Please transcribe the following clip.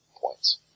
points